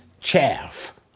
chaff